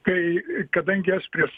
tai kadangi aš prieš